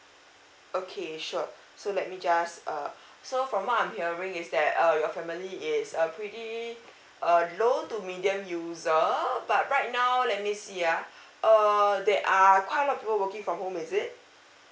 okay sure so let me just uh so from what I'm hearing is that uh your family it's a pretty uh low to medium user but right now let me see ah err there are quite a lot of people working from home is it